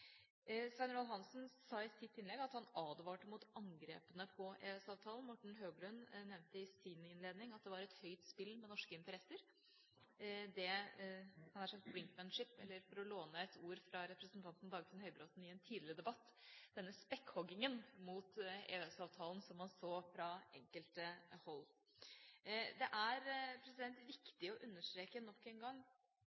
Svein Roald Hansen sa i sitt innlegg at han advarte mot angrepene på EØS-avtalen, og Morten Høglund nevnte i sin innledning at det var et høyt spill med norske interesser – det, jeg hadde nær sagt, «brinkmanship», eller for å låne et ord fra representanten Dagfinn Høybråten i en tidligere debatt, denne spekkhoggingen mot EØS-avtalen som han så fra enkelte hold. Det er